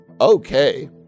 Okay